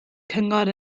cyngor